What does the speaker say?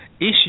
issue